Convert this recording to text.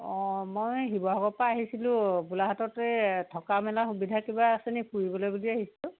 অঁ মই শিৱসাগৰৰ পৰা আহিছিলোঁ গোলাঘাটতে থকা মেলা সুবিধা কিবা আছেনি ফুৰিবলৈ বুলি আহিছিলোঁ